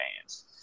fans